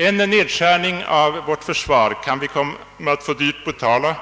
En nedskärning av vårt försvar kan vi få dyrt betala.